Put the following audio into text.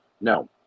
no